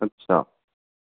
अच्छा